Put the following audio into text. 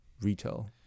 retail